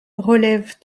relève